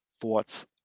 thoughts